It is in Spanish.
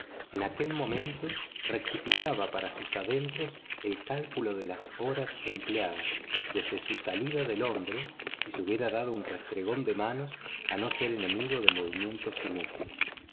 en aquel momento rectificaba para sus adentros el cálculo de las horas empleadas desde su salida de londres y se hubiera dado un restregón de manos a no ser enemigo de movimientos inútiles